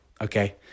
okay